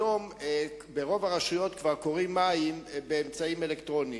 היום ברוב הרשויות כבר קוראים מים באמצעים אלקטרוניים.